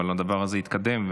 אבל הדבר הזה יתקדם.